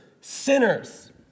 sinners